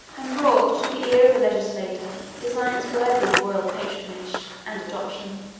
and brought to the ear of the legislature designs worthy of royal patronage and adoption.